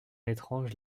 étrange